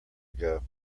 ago